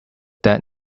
that